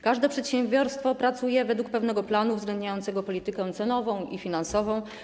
Każde przedsiębiorstwo pracuje według pewnego planu uwzględniającego politykę cenową i finansową.